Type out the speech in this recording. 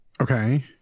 okay